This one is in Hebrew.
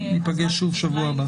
ניפגש שוב שבוע הבא.